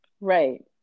Right